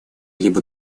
либо